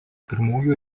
pirmųjų